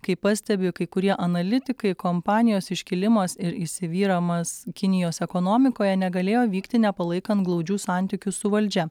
kaip pastebi kai kurie analitikai kompanijos iškilimas ir įsivyravimas kinijos ekonomikoje negalėjo vykti nepalaikant glaudžių santykių su valdžia